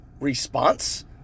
response